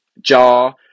jar